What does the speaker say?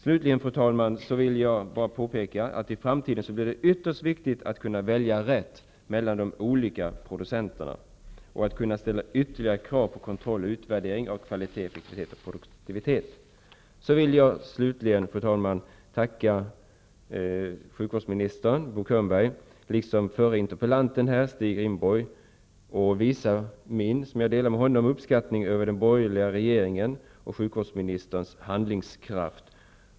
Slutligen, fru talman, vill jag påpeka att det i framtiden blir ytterst viktigt att kunna välja rätt mellan de olika producenterna och att kunna ställa ytterligare krav på kontroll och utvärdering av kvalitet, effektivitet och produktivitet. Så vill jag, liksom Stig Ringborg som ställt den förra interpellationen här, tacka sjukvårdsminister Bo Könberg och visa min uppskattning över den borgerliga regeringens och sjukvårdsministerns handlingskraft.